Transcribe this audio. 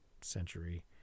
century